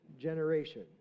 generation